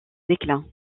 déclin